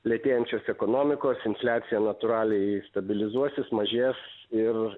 lėtėjančios ekonomikos infliacija natūraliai stabilizuosis mažės ir